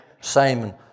Simon